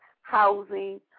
housing